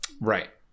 right